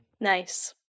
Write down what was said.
Nice